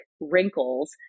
wrinkles